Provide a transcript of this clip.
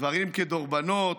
דברים כדרבונות.